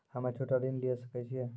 हम्मे छोटा ऋण लिये सकय छियै?